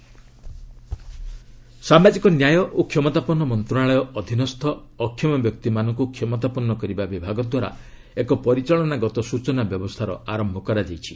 accessible India MIS ସାମାଜିକ ନ୍ୟାୟ ଓ କ୍ଷମତାପନ୍ନ ମନ୍ତ୍ରଣାଳୟ ଅଧୀନସ୍ଥ ଅକ୍ଷମବ୍ୟକ୍ତିମାନଙ୍କୁ କ୍ଷମତାପନ୍ନ କରିବା ବିଭାଗ ଦ୍ୱାରା ଏକ ପରିଚାଳନାଗତ ସ୍ୱଚନା ବ୍ୟବସ୍କାର ଆରମ୍ଭ କରାଯାଇଛି